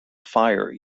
fire